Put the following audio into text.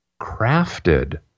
crafted